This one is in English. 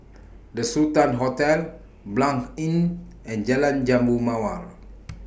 The Sultan Hotel Blanc Inn and Jalan Jambu Mawar